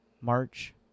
March